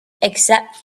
except